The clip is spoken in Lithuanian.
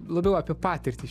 labiau apie patirtį